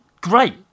great